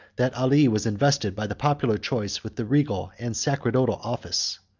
that ali was invested, by the popular choice, with the regal and sacerdotal office.